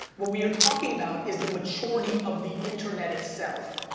what we are talking about is the maturity of the internet itself,